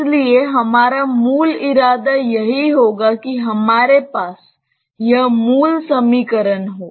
इसलिए हमारा मूल इरादा यही होगा कि हमारे पास यह मूल समीकरण हो